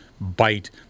bite